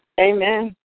Amen